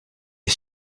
est